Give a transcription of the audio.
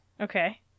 Okay